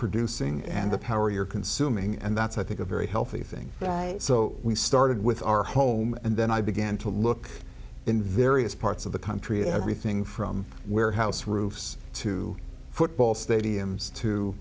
producing and the power you're consuming and that's i think a very healthy thing so we started with our home and then i began to look in various parts of the country everything from warehouse roofs to football stadiums